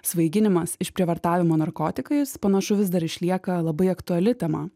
svaiginimas išprievartavimo narkotikais panašu vis dar išlieka labai aktuali tema